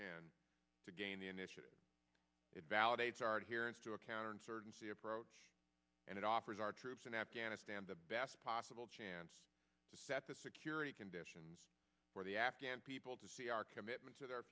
ten to gain the initiative it validates our hearings to a counterinsurgency approach and it offers our troops in afghanistan the best possible chance to set the security conditions for the afghan people to see our commitment to their